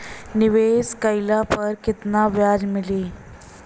निवेश काइला पर कितना ब्याज मिली?